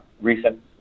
Recent